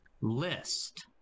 list